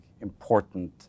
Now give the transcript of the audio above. important